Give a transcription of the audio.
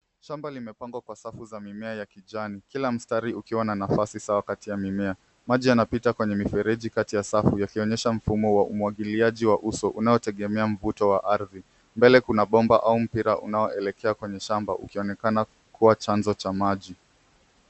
Shamba limepangwa kwa safu za mimea ya kijani. Kila mstari ukiwa na nafasi sawa kati ya mimea. Maji yanapita kwenye mifereji kati ya safu, yakionyesha mfumo wa umwagiliaji wa uso, unaotegemea mvuto wa ardhi. Mbele kuna bomba au mpira unaoelekea kwenye shamba, ukionekana kuwa chanzo cha maji.